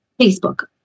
Facebook